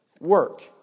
work